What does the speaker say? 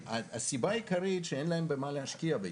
הסיבה העיקרית היא שאין להם במה להשקיע בישראל.